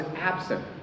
absent